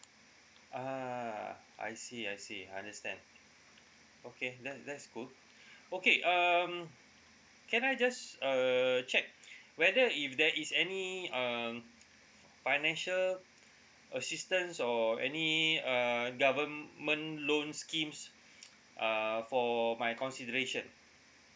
ah I see I see I understand okay that that's good okay um can I just err check whether if there is any um financial assistance or any uh government loans schemes uh for my consideration